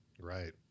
right